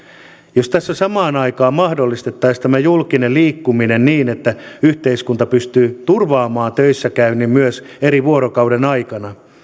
jos tässä samaan aikaan mahdollistettaisiin tämä julkinen liikkuminen niin että yhteiskunta pystyy turvaamaan töissä käynnin myös eri vuorokauden aikoina